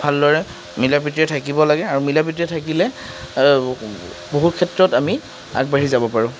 ভালদৰে মিলাপ্ৰীতিৰে থাকিব লাগে আৰু মিলাপ্ৰীতিৰে থাকিলে বহুত ক্ষেত্ৰত আমি আগবাঢ়ি যাব পাৰোঁ